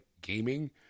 gaming